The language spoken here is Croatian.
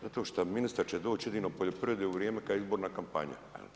Zato što ministar će doći jedino poljoprivredi u vrijeme kad je izborna kampanja.